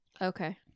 Okay